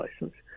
license